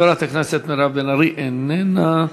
חברת הכנסת מירב בן ארי, איננה.